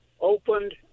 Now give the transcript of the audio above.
opened